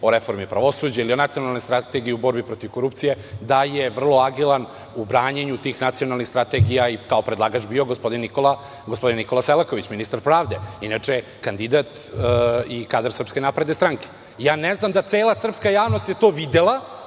o reformi pravosuđa ili Nacionalne strategije o borbi protiv korupcije, daje vrlo agilan u branjenju tih nacionalnih strategija i kao predlagač bio gospodin Nikola Selaković, ministar pravde, inače kandidat i kadar Srpske napredne stranke. Ne znam da je to cela srpska javnost to videla,